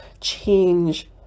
change